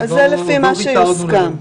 זה לפי מה שיוסכם.